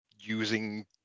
using